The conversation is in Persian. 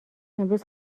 امروز